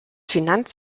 finanz